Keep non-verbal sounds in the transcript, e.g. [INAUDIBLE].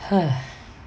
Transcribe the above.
[NOISE]